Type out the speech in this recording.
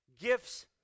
gifts